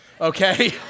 Okay